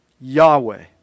Yahweh